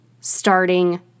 starting